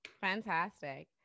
Fantastic